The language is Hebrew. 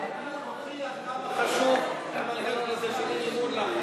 זה מוכיח כמה חשוב המנגנון הזה של אי-אמון,